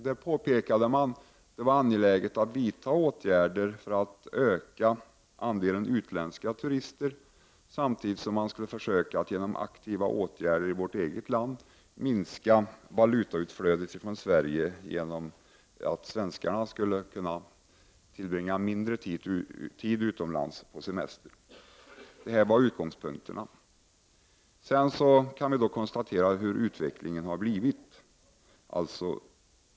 Man påpekade i denna att det var angeläget att vidta åtgärder för att öka andelen utländska turister samtidigt som man skulle försöka att genom aktiva åtgärder i vårt eget land minska valutautflödet från Sverige genom att få svenskarna att tillbringa mindre tid utomlands på semester. Detta var utgångspunkterna. Vi kan sedan konstatera hur utvecklingen har blivit.